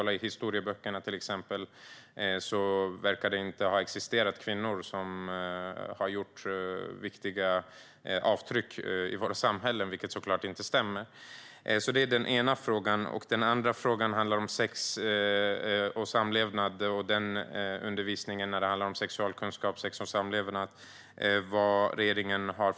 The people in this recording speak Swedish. När det gäller till exempel historieböckerna verkar kvinnor som har gjort viktiga avtryck i vårt samhälle inte ha existerat. Det stämmer såklart inte. Den andra frågan handlar om undervisningen i sex och samlevnad och sexualkunskap. Vilka planer har regeringen där?